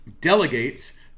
delegates